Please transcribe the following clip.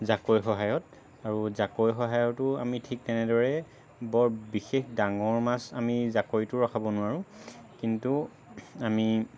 জাকৈৰ সহায়ত আৰু জাকৈৰ সহায়তো আমি ঠিক তেনেদৰে বৰ বিশেষ ডাঙৰ মাছ আমি জাকৈটো ৰখাব নোৱাৰো কিন্তু আমি